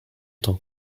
tant